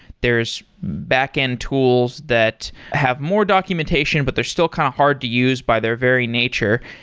there's back-end tools that have more documentation, but they're still kind of hard to use by their very nature.